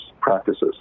practices